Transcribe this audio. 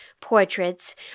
portraits